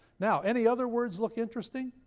now any other words look interesting?